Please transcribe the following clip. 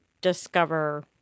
discover